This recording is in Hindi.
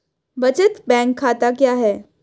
बचत बैंक खाता क्या है?